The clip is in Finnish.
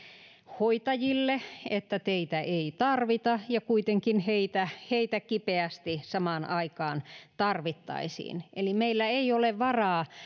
hoitajille että heitä ei tarvita ja kuitenkin heitä heitä kipeästi samaan aikaan tarvittaisiin meillä ei ole varaa